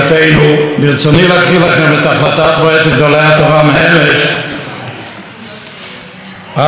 התורה מאמש על שמירת לומדי התורה והשבת.